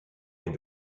les